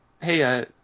Hey